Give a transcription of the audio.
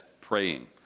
praying